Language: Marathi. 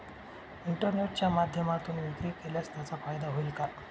इंटरनेटच्या माध्यमातून विक्री केल्यास त्याचा फायदा होईल का?